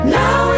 now